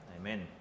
Amen